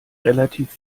relativ